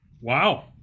Wow